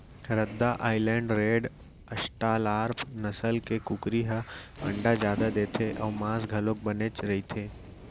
रद्दा Island Red, Australorp नसल के कुकरी ह अंडा जादा देथे अउ मांस घलोक बनेच रहिथे